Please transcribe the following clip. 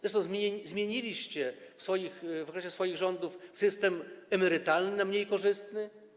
Zresztą zmieniliście w okresie swoich rządów system emerytalny na mniej korzystny.